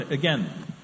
again